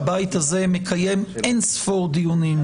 שהבית הזה מקיים אין ספור דיונים,